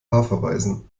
verweisen